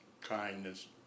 kindness